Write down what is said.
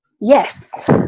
Yes